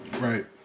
Right